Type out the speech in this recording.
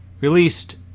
released